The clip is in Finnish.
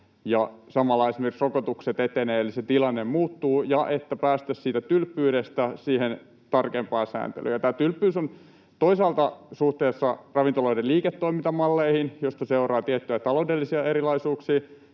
samalla esimerkiksi rokotukset etenevät, eli se tilanne muuttuu, ja että päästäisiin siitä tylppyydestä tarkempaan sääntelyyn. Tämä tylppyys on toisaalta suhteessa ravintoloiden liiketoimintamalleihin, joista seuraa tiettyjä taloudellisia erilaisuuksia,